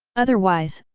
otherwise,